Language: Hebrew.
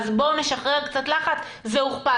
אז בואו נשחרר קצת לחץ המספר הוכפל.